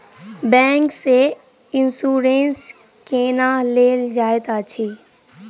bank सँ insurance केना लेल जाइत अछि